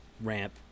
Ramp